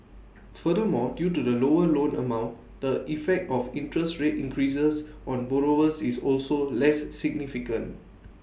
furthermore due to the lower loan amount the effect of interest rate increases on borrowers is also less significant